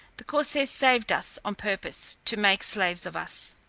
the corsairs saved us on purpose to make slaves of us.